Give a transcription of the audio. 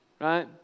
Right